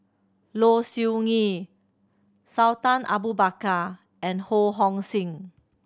Low Siew Nghee Sultan Abu Bakar and Ho Hong Sing